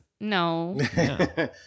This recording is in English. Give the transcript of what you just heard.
No